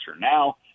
now